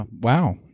Wow